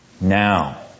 now